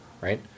right